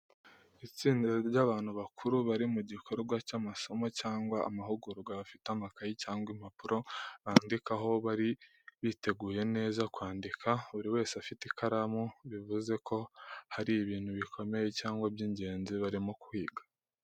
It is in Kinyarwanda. Itsinda ry’abantu bakuru bari mu gikorwa cy’amasomo cyangwa amahugurwa bafite amakayi cyangwa impapuro bandikaho bari biteguye neza kwandika, buri wese afite ikaramu, bivuze ko hari ibintu bikomeye cyangwa by’ingenzi barimo kwiga.